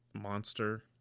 monster